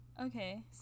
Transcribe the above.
Okay